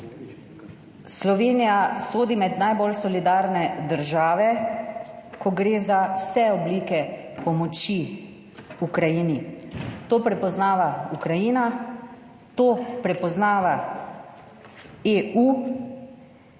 Slovenija sodi med najbolj solidarne države, ko gre za vse oblike pomoči Ukrajini, to prepoznava Ukrajina, to prepoznava EU